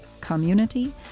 community